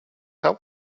help